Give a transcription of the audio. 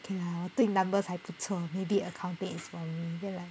okay lah 我对 numbers 还不错 maybe accounting is for me